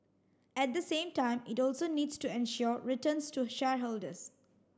at the same time it also needs to ensure returns to shareholders